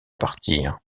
partir